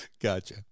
Gotcha